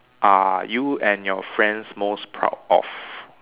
are you and your friends most proud of